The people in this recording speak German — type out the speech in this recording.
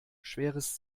schweres